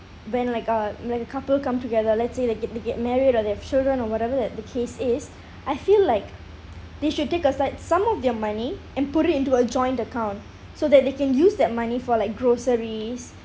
when like a like a couple come together let's say they get they get married or they have children or whatever that the case is I feel like they should take aside some of their money and put it into a joint account so that they can use that money for like groceries